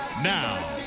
Now